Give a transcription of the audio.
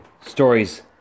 stories